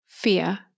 Fear